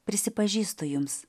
prisipažįstu jums